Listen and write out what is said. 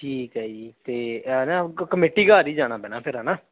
ਠੀਕ ਹੈ ਜੀ ਅਤੇ ਆਹ ਨਾ ਕ ਕਮੇਟੀ ਘਰ ਹੀ ਜਾਣਾ ਪੈਣਾ ਫਿਰ ਹੈ ਨਾ